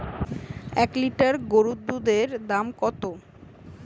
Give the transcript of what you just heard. এক লিটার গোরুর দুধের দাম কত?